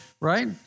right